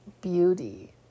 beauty